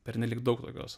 pernelyg daug tokios